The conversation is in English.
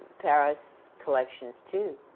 paris collections, too.